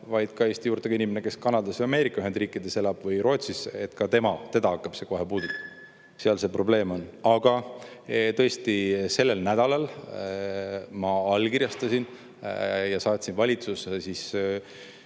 vaid ka Eesti juurtega inimesi, kes elavad Kanadas või Ameerika Ühendriikides või Rootsis. Ka neid hakkab see kohe puudutama. Seal see probleem on. Aga tõesti, sellel nädalal ma allkirjastasin ja saatsin valitsusse